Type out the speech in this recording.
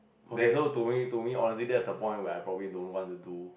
okay so to me to me honestly that's the point where I probably don't want to do